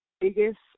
biggest